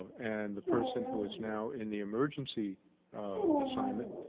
and the person who is now in the emergency assignment